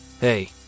Hey